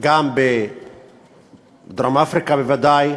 גם בדרום-אפריקה בוודאי,